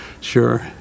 Sure